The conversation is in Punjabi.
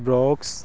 ਬਰੋਕਸ